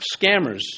scammers